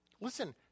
listen